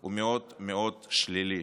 הוא מאוד מאוד שלילי.